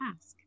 ask